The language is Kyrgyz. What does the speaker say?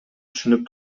түшүнүп